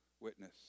witness